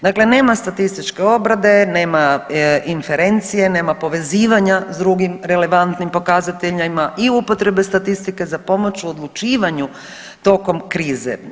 Dakle, nema statističke obrade, nema inferencije, nema povezivanja s drugim relevantnim pokazateljima i upotrebe statistike za pomoć u odlučivanju tokom krize.